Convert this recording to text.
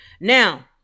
Now